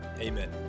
Amen